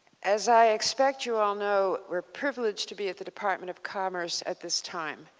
as i expect you all know we're privileged to be at the department of commerce at this time.